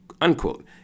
unquote